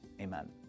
amen